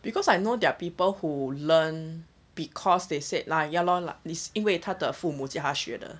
because I know there are people who learn because they said lah ya lor it's 因为他的父母叫他学的